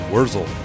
Wurzel